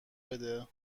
بده